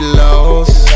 lost